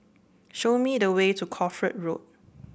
show me the way to Crawford Road